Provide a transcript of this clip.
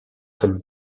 comme